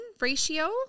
ratio